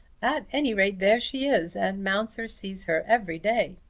at any rate there she is, and mounser sees her every day.